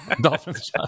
Dolphins